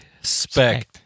Spec